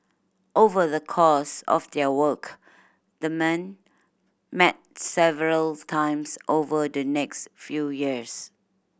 over the course of their work the men met several times over the next few years